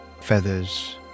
Feathers